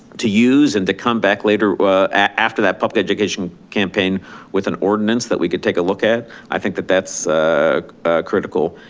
to use and to come back later after that public education campaign with an ordinance that we could take a look at. i think that that's critical.